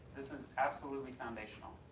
this is absolutely foundational.